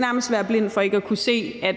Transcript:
nærmest være blind for ikke at kunne se, at